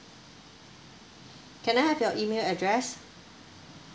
can I have your email address